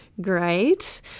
great